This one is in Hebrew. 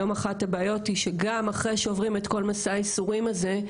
היום אחת הבעיות היא שגם אחרי שעוברים את כל מסע הייסורים הזה,